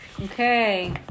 Okay